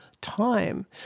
time